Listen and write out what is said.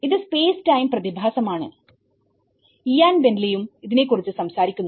ഇത് space time പ്രതിഭാസമാണ്ഇയാൻ Bentley യും ഇതിനെ കുറിച്ച് സംസാരിക്കുന്നു